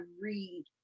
read